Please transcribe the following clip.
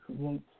create